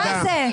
תודה.